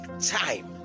time